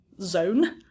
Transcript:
zone